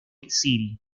city